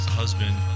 husband